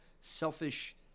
selfish